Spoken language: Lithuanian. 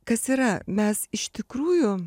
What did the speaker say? kas yra mes iš tikrųjų